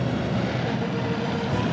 or